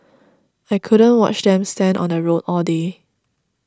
I couldn't watch them stand on the road all day